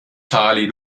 charlie